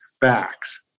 facts